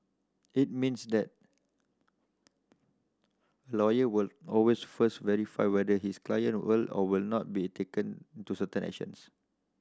it means that lawyer will always first verify whether his client will or will not be taking to certain actions